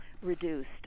Reduced